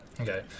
Okay